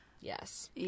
yes